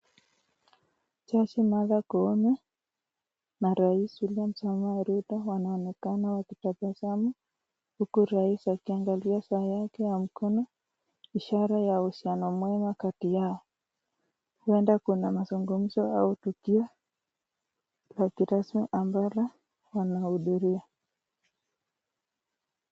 Jaji Martha Koome, na Rais William Samui Ruto, wanaonekana wakitabasamu huku rais akiangalia saa yake ya mkono ishara ya uhusiano mwema kati yao. Huenda kuna mazungumzo mwema au tukio ya kurasa ambayo wanahudhuria.